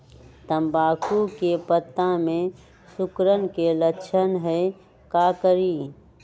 तम्बाकू के पत्ता में सिकुड़न के लक्षण हई का करी?